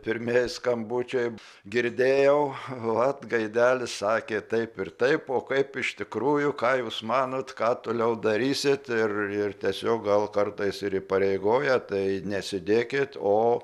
pirmieji skambučiai girdėjau vat gaidelis sakė taip ir taip o kaip iš tikrųjų ką jūs manot ką toliau darysit ir ir tiesiog gal kartais ir įpareigoja tai nesėdėkit o